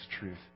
truth